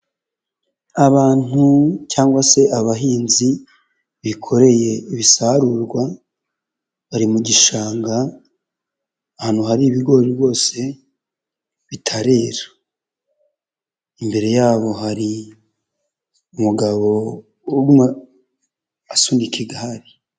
Abantu cyangwa se abahinzi bikoreye ibisarurwa, bari mu gishanga ahantu hari ibigori rwose bitarera. Imbere yabo hari umugabo urimo asunika igare.